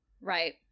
Right